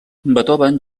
beethoven